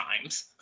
times